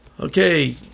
Okay